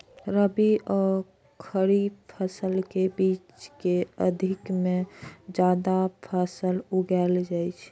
रबी आ खरीफ फसल के बीच के अवधि मे जायद फसल उगाएल जाइ छै